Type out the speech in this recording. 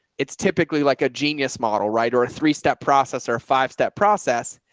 it's typically like a genius model, right? or a three-step process or five step process.